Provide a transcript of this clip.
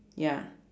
ya